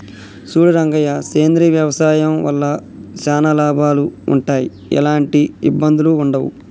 సూడు రంగయ్య సేంద్రియ వ్యవసాయం వల్ల చానా లాభాలు వుంటయ్, ఎలాంటి ఇబ్బందులూ వుండయి